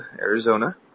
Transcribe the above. Arizona